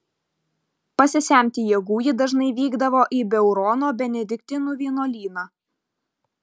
pasisemti jėgų ji dažnai vykdavo į beurono benediktinų vienuolyną